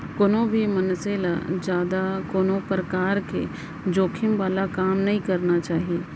कोनो भी मनसे ल जादा कोनो परकार के जोखिम वाला काम नइ करना चाही